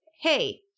hey